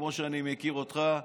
כמו שאני מכיר אותך,